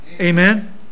Amen